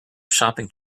shopping